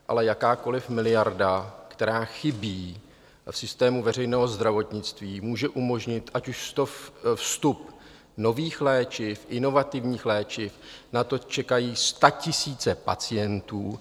Ale jakákoliv miliarda, která chybí v systému veřejného zdravotnictví, může umožnit ať už vstup nových léčiv, inovativních léčiv, na to čekají statisíce pacientů.